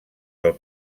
del